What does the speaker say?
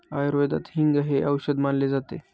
आयुर्वेदात हिंग हे औषध मानले जाते